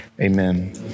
Amen